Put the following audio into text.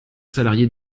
salariés